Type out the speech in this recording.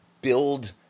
build